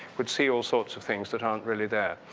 would see all sorts of things that aren't really there.